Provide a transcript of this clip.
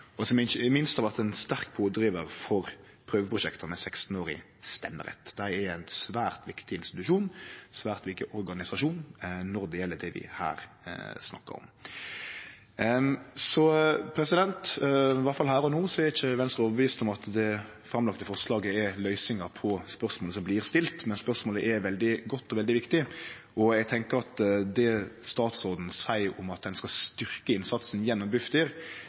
har ikkje minst vore sterke pådrivarar for prøveprosjekta med stemmerett for 16-åringar. Det er ein svært viktig organisasjon når det gjeld det vi snakkar om her. I alle fall er ikkje Venstre her og no overtydd om at det framlagde forslaget er løysinga på spørsmålet som blir stilt. Men spørsmålet er veldig godt og veldig viktig, og eg tenkjer at det statsråden seier om at ein skal styrkje innsatsen gjennom